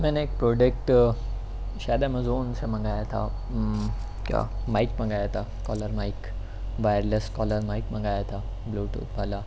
میں نے ایک پروڈکٹ شاید ایمیزون سے منگایا تھا کیا مائک منگایا تھا collar mic wireless collar mic منگایا تھا بلو ٹوتھ والا